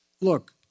Look